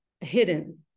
hidden